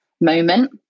moment